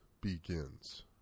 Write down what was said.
begins